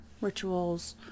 rituals